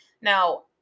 now